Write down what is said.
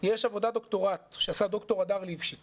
יש עבודת דוקטורט שעשה ד"ר הדר ליפשיץ